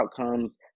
outcomes